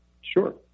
Sure